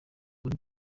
hari